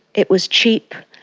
it was cheap,